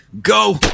Go